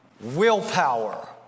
Willpower